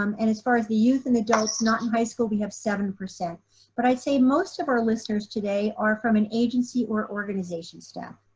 um and as far as the youth and adults not in high school we have seven. but i'd say most of our listeners today are from an agency or organization staff.